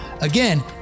Again